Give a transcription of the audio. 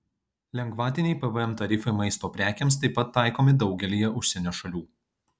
lengvatiniai pvm tarifai maisto prekėms taip pat taikomi daugelyje užsienio šalių